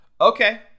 Okay